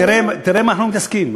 תראה במה אנחנו מתעסקים.